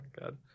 God